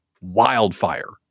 Wildfire